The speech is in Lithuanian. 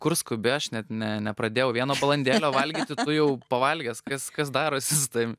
kur skubi aš net ne nepradėjau vieno balandėlio valgyti tu jau pavalgęs kas kas darosi su tavim